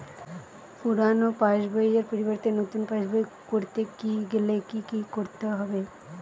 পুরানো পাশবইয়ের পরিবর্তে নতুন পাশবই ক রতে গেলে কি কি করতে হবে?